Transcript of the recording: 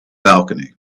balcony